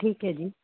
ਠੀਕ ਹੈ ਜੀ